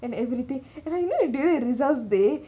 and everything and you know during results day